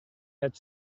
that